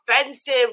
offensive